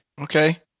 Okay